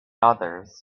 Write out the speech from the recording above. others